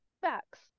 Facts